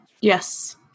Yes